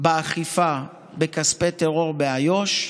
באכיפה בכספי טרור באיו"ש,